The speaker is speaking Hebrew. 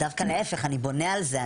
דווקא להיפך, אני בונה על זה.